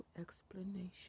explanation